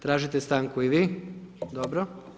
Tražite stanku i vi, dobro.